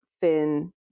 thin